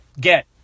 get